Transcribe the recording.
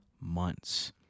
months